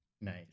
Nice